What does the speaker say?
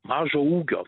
mažo ūgio